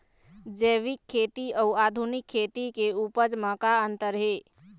जैविक खेती अउ आधुनिक खेती के उपज म का अंतर हे?